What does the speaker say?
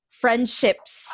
friendships